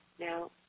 Now